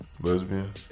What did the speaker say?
Lesbian